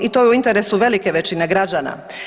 I to je u interesu velike većine građana.